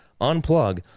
Unplug